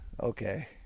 okay